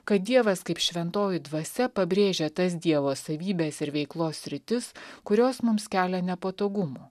kad dievas kaip šventoji dvasia pabrėžia tas dievo savybes ir veiklos sritis kurios mums kelia nepatogumų